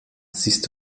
siehst